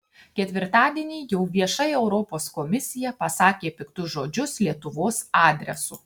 ketvirtadienį jau viešai europos komisija pasakė piktus žodžius lietuvos adresu